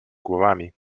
głowami